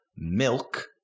Milk